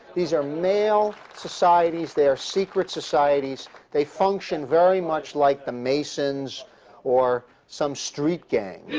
these are male societies, they are secret societies, they function very much like the masons or some street gang.